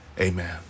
Amen